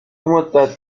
مدت